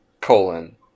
colon